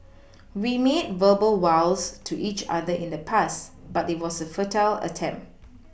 we made verbal vows to each other in the past but it was a futile attempt